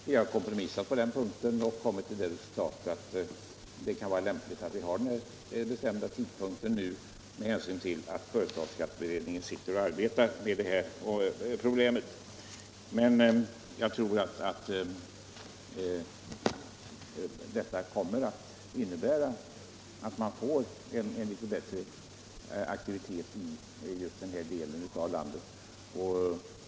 Vi har kompromissat på den här punkten och kommit till resultatet att tidsbegränsningen är lämplig med hänsyn till att företagsskatteberedningen arbetar med problemet. Jag tror att ändringen kommer att innebära en litet större aktivitet i det inre stödområdet.